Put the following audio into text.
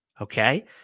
Okay